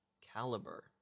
caliber